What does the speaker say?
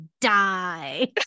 die